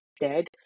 dead